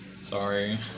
Sorry